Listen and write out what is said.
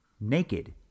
naked